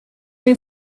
een